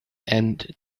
and